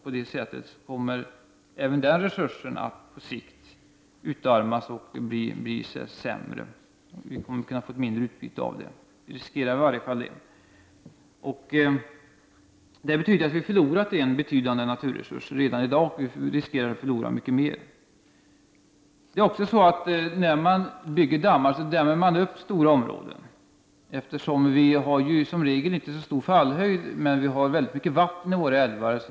På det sättet kommer även den resursen att på sikt utarmas och bli sämre, och vi kommer att få ett mindre utbyte av den. I varje fall finns det en risk för detta. Vi har alltså redan i dag förlorat en betydande naturresurs, och vi riskerar att förlora mycket mer. När man bygger dammar dämmer man upp stora områden. Fallhöjden är ju som regel inte så stor i våra älvar, men där finns väldigt mycket vatten.